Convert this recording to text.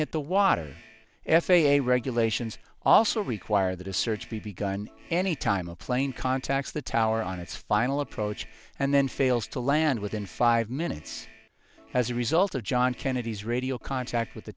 hit the water f a a regulations also require that a search be begun anytime a plane contacts the tower on its final approach and then fails to land within five minutes as a result of john kennedy's radio contact with the